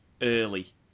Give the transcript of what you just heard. early